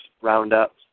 roundups